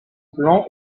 plan